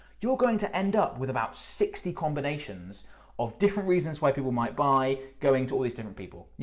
you're going to end up with about sixty combinations of different reasons why people might buy going to all these different people. you